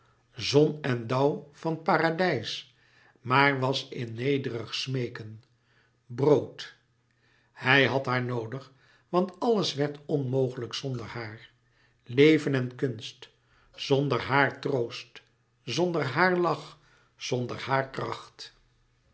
zon en dauw van paradijs maar was in nederig smeeken brood hij had haar noodig want alles werd onmogelijk zonder haar leven en kunst zonder louis couperus metamorfoze haar troost zonder haar lach zonder haar kracht